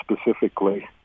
specifically